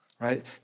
right